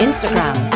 Instagram